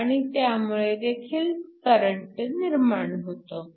आणि त्यामुळेदेखील करंट निर्माण होतो